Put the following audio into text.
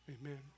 Amen